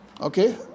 Okay